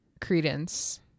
credence